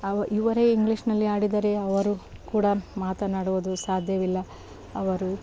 ಅವ ಇವರೇ ಇಂಗ್ಲೀಷ್ನಲ್ಲಿ ಆಡಿದರೆ ಅವರು ಕೂಡ ಮಾತನಾಡುವುದು ಸಾಧ್ಯವಿಲ್ಲ ಅವರು